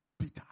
Peter